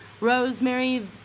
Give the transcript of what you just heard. Rosemary